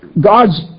God's